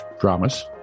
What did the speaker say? dramas